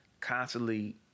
Constantly